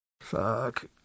Fuck